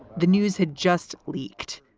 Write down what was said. the news had just leaked.